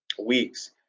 Weeks